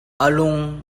lung